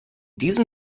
diesem